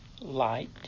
light